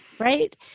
Right